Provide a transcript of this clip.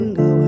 go